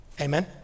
Amen